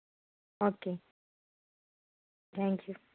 okay thank you